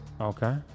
Okay